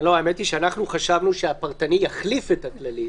האמת היא שאנחנו חשבנו שהפרטני יחליף את הכללי.